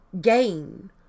gain